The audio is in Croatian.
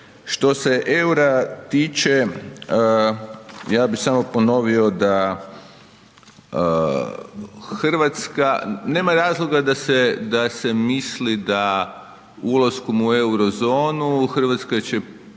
Što se eura tiče ja bih samo ponovio da Hrvatska nema razloga da se misli da ulaskom u euro-zonu Hrvatska će